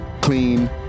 clean